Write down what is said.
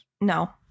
No